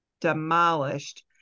demolished